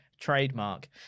trademark